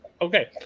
okay